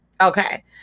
Okay